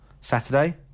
Saturday